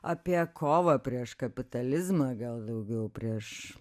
apie kovą prieš kapitalizmą gal daugiau prieš